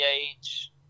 age